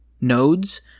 Nodes